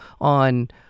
on